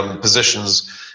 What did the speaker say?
positions